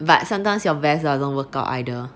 but sometimes your best don't work out either